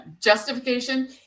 justification